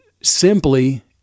simply